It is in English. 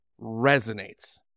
resonates